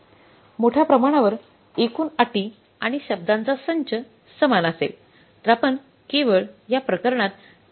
मोठ्या प्रमाणावर एकूण अटी आणि शब्दाचा संच समान असेल तर आपण केवळ या प्रकरणात कामगारांसह सामग्रीची जागा घेता